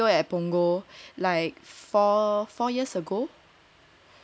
mm we bought a B_T_O at Punggol like four four years ago